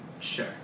Sure